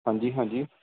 ਹਾਂਜੀ ਹਾਂਜੀ